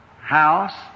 house